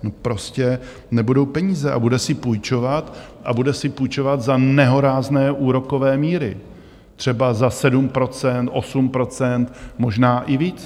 Vždyť prostě nebudou peníze a bude si půjčovat, bude si půjčovat za nehorázné úrokové míry, třeba za 7 %, 8 %, možná i víc.